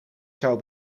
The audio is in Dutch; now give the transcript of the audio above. zou